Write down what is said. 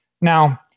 Now